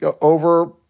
over-